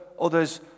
others